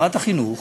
שרת החינוך,